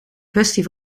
kwestie